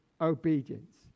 obedience